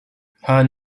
her